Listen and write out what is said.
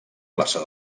plaça